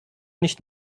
nicht